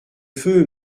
feu